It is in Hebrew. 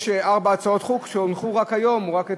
יש ארבע הצעות חוק שהונחו רק היום או רק אתמול,